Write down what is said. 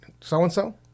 so-and-so